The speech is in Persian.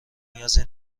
نیازی